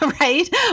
right